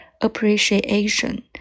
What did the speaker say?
appreciation